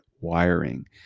wiring